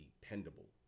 dependable